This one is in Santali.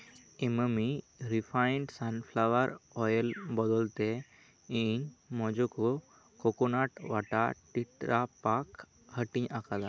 ᱤᱢᱟᱢᱤ ᱨᱤᱯᱷᱟᱭᱤᱱᱰ ᱥᱟᱱᱯᱷᱞᱟᱣᱟᱨ ᱚᱭᱮᱞ ᱵᱚᱫᱚᱞᱛᱮ ᱤᱧ ᱢᱚᱡᱠᱳ ᱠᱳᱠᱳᱱᱟᱴ ᱳᱣᱟᱴᱟᱨ ᱦᱟᱹᱴᱤᱧ ᱟᱠᱟᱫᱟ